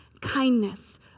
kindness